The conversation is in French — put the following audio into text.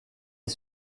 est